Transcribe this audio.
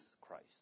Christ